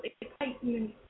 excitement